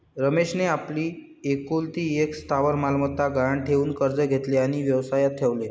रमेशने आपली एकुलती एक स्थावर मालमत्ता गहाण ठेवून कर्ज घेतले आणि व्यवसायात ठेवले